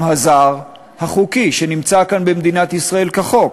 הזר החוקי שנמצא כאן במדינת ישראל כחוק.